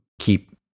keep